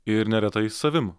ir neretai savim